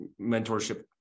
mentorship